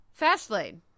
Fastlane